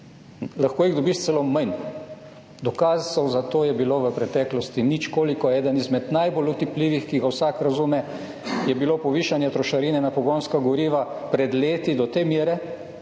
lahko jih dobiš celo manj. Dokazov za to je bilo v preteklosti nič koliko. Eden izmed najbolj otipljivih, ki ga vsak razume, je bilo povišanje trošarine na pogonska goriva pred leti do te mere,